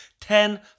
Ten